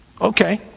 okay